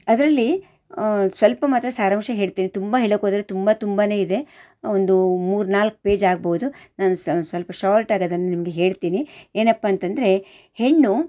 ಅದರಲ್ಲಿ ಸ್ವಲ್ಪ ಮಾತ್ರ ಸಾರಾಂಶ ಹೇಳ್ತೀನಿ ತುಂಬ ಹೇಳೋಕ್ಕೋದ್ರೆ ತುಂಬ ತುಂಬ ಇದೆ ಒಂದು ಮೂರ್ನಾಲ್ಕು ಪೇಜ್ ಆಗ್ಬೋದು ನಾನು ಸ್ವಲ್ಪ ಶಾರ್ಟಾಗಿ ಅದನ್ನು ನಿಮ್ಗೆ ಹೇಳ್ತೀನಿ ಏನಪ್ಪ ಅಂತಂದರೆ ಹೆಣ್ಣು